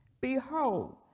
Behold